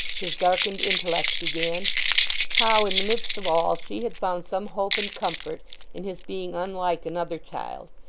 his darkened intellect began how, in the midst of all, she had found some hope and comfort in his being unlike another child,